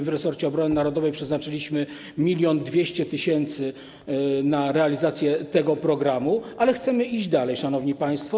W resorcie obrony narodowej przeznaczyliśmy 1200 tys. zł na realizację tego programu, ale chcemy iść dalej, szanowni państwo.